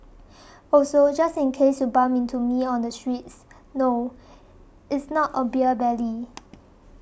also just in case you bump into me on the streets no it's not a beer belly